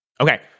Okay